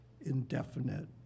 indefinite